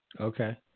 Okay